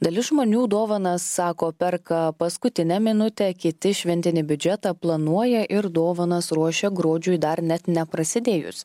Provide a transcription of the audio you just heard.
dalis žmonių dovanas sako perka paskutinę minutę kiti šventinį biudžetą planuoja ir dovanas ruošia gruodžiui dar net neprasidėjus